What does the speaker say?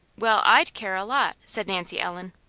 well, i'd care a lot! said nancy ellen.